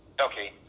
Okay